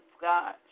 God